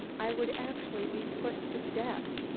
i would actually be put to death.